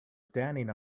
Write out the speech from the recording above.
standing